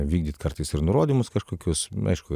vykdyt kartais ir nurodymus kažkokius aišku